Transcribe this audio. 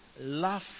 laugh